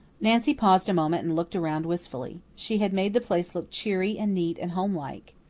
nancy paused a moment and looked around wistfully. she had made the place look cheery and neat and homelike.